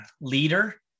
leader